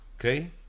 Okay